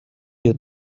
you